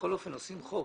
שבכל אופן עושים חוק,